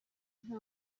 nta